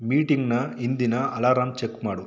ಮೀಟಿಂಗ್ನ ಇಂದಿನ alarm check ಮಾಡು